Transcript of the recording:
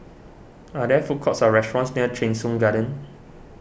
are there food courts or restaurants near Cheng Soon Garden